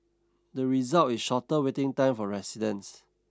the result is shorter waiting time for residents